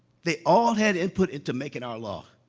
they all had input into making our law.